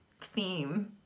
theme